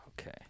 Okay